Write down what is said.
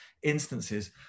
instances